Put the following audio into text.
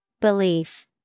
Belief